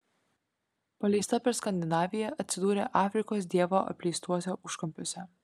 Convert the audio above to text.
paleista per skandinaviją atsidūrė afrikos dievo apleistuose užkampiuose